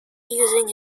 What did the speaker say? using